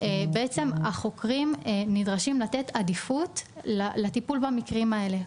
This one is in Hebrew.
החוקרים נדרשים לתת עדיפות לטיפול במקרים האלה.